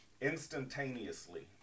instantaneously